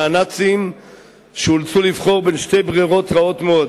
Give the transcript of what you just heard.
הנאציים שאולץ לבחור בין שתי ברירות רעות מאוד: